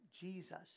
Jesus